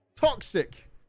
Toxic